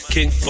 King